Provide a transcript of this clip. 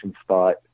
spot